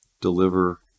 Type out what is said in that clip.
deliver